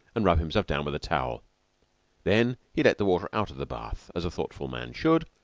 and rub himself down with a towel then he let the water out of the bath, as a thoughtful man should,